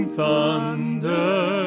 thunder